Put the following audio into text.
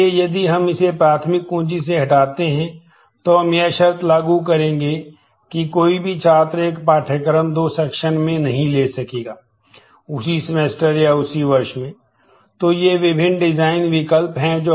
इसलिए यदि हम इसे प्राथमिक कुंजी से हटाते हैं तो हम यह शर्त लागू करेंगे कि कोई भी छात्र एक पाठ्यक्रम दो सेक्शन में हैं